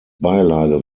beilage